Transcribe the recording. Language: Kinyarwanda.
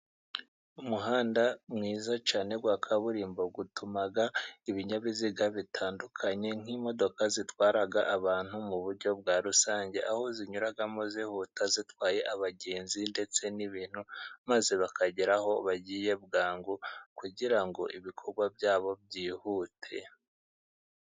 Umuhanda mwiza cyane wa kaburimbo utuma ibinyabiziga bitandukanye nk'imodoka zitwara abantu mu buryo bwa rusange, aho zinyuramo zihuta zitwaye abagenzi ndetse n'ibintu maze bakageraho bagiye bwangu kugira ngo ibikorwa byabo byihute.